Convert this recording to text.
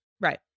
Right